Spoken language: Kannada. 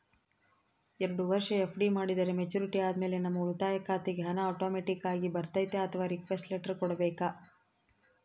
ಎರಡು ವರುಷ ಎಫ್.ಡಿ ಮಾಡಿದರೆ ಮೆಚ್ಯೂರಿಟಿ ಆದಮೇಲೆ ನಮ್ಮ ಉಳಿತಾಯ ಖಾತೆಗೆ ಹಣ ಆಟೋಮ್ಯಾಟಿಕ್ ಆಗಿ ಬರ್ತೈತಾ ಅಥವಾ ರಿಕ್ವೆಸ್ಟ್ ಲೆಟರ್ ಕೊಡಬೇಕಾ?